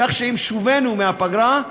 כך שעם שובנו מהפגרה,